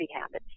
habits